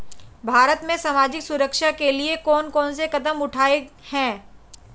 भारत में सामाजिक सुरक्षा के लिए कौन कौन से कदम उठाये हैं?